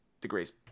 degrees